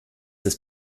ist